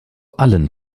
allen